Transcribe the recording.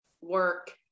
work